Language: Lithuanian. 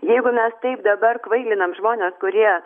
jeigu mes taip dabar kvailinam žmones kurie